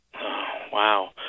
Wow